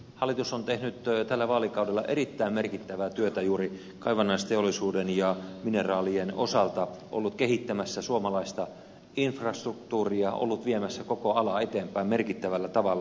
hallitus on tehnyt tällä vaalikaudella erittäin merkittävää työtä juuri kaivannaisteollisuuden ja mineraalien osalta ollut kehittämässä suomalaista infrastruktuuria ollut viemässä koko alaa eteenpäin merkittävällä tavalla